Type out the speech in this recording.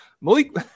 Malik